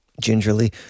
gingerly